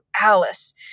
Alice